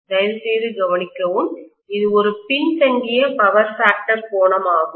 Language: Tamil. தயவுசெய்து கவனிக்கவும் இது ஒரு பின்தங்கிய பவர் ஃபேக்டர் கோணம் ஆகும்